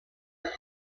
but